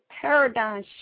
paradigm